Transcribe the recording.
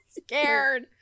scared